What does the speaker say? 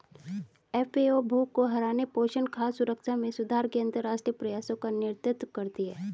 FAO भूख को हराने, पोषण, खाद्य सुरक्षा में सुधार के अंतरराष्ट्रीय प्रयासों का नेतृत्व करती है